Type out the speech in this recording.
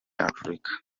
afurika